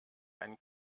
einen